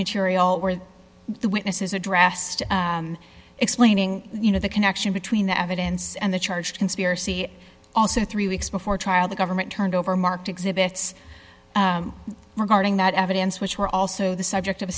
material where the witnesses addressed explaining you know the connection between the evidence and the charge conspiracy and also three weeks before trial the government turned over marked exhibit regarding that evidence which were also the subject of a